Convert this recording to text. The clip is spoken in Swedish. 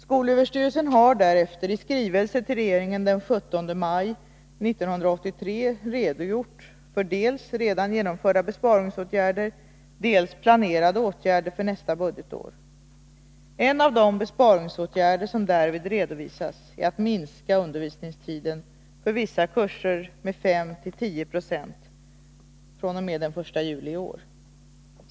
Skolöverstyrelsen har därefter i skrivelse till regeringen den 17 maj 1983 redogjort för dels redan genomförda besparingsåtgärder, dels planerade åtgärder för nästa budgetår. En av de besparingsåtgärder som därvid redovisas är att minska undervisningstiden för vissa kurser med 5-10 20 fr.o.m. den 1 juli i år.